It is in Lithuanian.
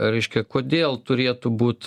reiškia kodėl turėtų būt